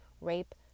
rape